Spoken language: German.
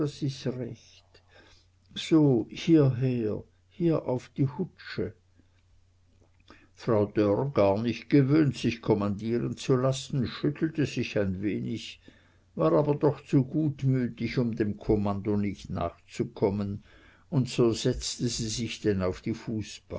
recht so hierher hier auf die hutsche frau dörr gar nicht gewöhnt sich kommandieren zu lassen schüttelte sich ein wenig war aber doch zu gutmütig um dem kommando nicht nachzukommen und so setzte sie sich denn auf die